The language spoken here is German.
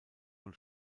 von